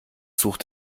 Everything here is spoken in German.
such